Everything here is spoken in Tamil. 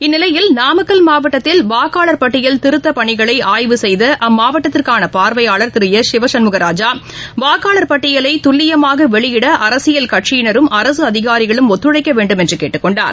இந்நிலையில் நாமக்கல் மாவட்டத்தில் வாக்காளர் பட்டியல் திருத்தப்பணிகளை ஆய்வு செய்த அம்மாவட்டத்திற்கான பார்வையாளர் திரு எஸ் சிவ சண்முகராஜா வாக்காளர் பட்டியலை துல்லியமாக வெளியிடுவதற்கு அரசியல் கட்சியினரும் அரசு அதிகாரிகளும் ஒத்துழைக்க வேண்டும் என்று கேட்டுக்கொண்டார்